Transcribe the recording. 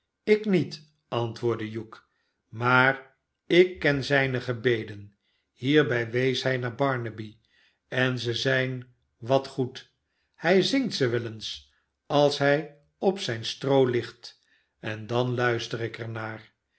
ik met antwoordde hugh maar ik ken zijne gebeden hierbij wees hi naar barnaby en ze zijn wat goed hij zingt ze wel eens als hi op zijn stroo ligt en dan luister ik